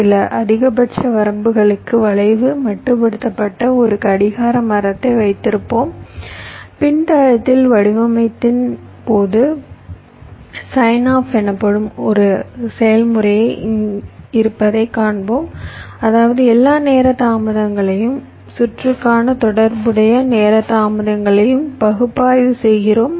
சில அதிகபட்ச வரம்புகளுக்கு வளைவு மட்டுப்படுத்தப்பட்ட ஒரு கடிகார மரத்தை வைத்திருப்போம் பின்தளத்தில் வடிவமைப்பின் போது சைன்ஆப் எனப்படும் ஒரு செயல்முறை இருப்பதைக் காண்போம் அதாவது எல்லா நேர தாமதங்களையும் சுற்றுக்கான தொடர்புடைய நேர தாமதங்களையும் பகுப்பாய்வு செய்கிறோம்